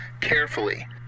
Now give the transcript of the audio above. carefully